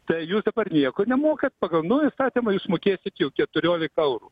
tai jūs dabar nieko nemokat pagal naują įstatymą jūs mokėsit jau keturiolika eurų